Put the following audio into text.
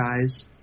guys